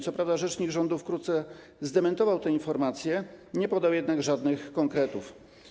Co prawda rzecznik rządu wkrótce zdementował tę informację, nie podał jednak żadnych konkretów.